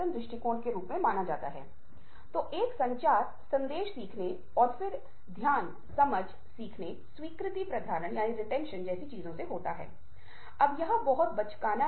दोस्तों मैं आपके साथ साझा करने की कोशिश कर रहा हूं और निश्चित रूप से यह मेरा खुद का संदर्भ नहीं है जाहिर है कि मैंने कुछ अवधारणा दूसरों से ली है लेकिन मैं आपके साथ साझा करने की कोशिश कर रहा हूं और मुझे इस पर विश्वास है